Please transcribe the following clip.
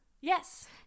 Yes